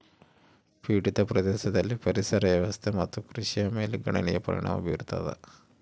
ಪೀಡಿತ ಪ್ರದೇಶದಲ್ಲಿ ಪರಿಸರ ವ್ಯವಸ್ಥೆ ಮತ್ತು ಕೃಷಿಯ ಮೇಲೆ ಗಣನೀಯ ಪರಿಣಾಮ ಬೀರತದ